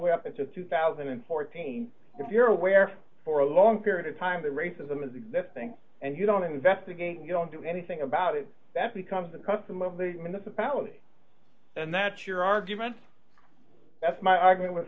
away up until two thousand and fourteen if you're aware for a long period of time that racism is existing and you don't investigate you don't do anything about it that becomes the custom of the in this apology and that's your argument that's my argument with